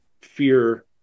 fear